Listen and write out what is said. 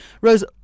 Rose